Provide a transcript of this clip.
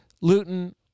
Luton